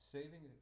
Saving